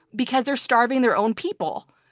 because they're starving their own people.